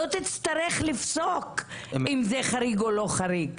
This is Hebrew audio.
לא תצטרך לפסוק אם זה חריג או לא חריג.